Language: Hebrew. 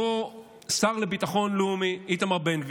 אותו שר לביטחון לאומי איתמר בן גביר,